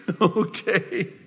okay